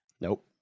Nope